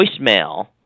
voicemail